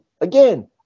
again